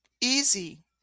Easy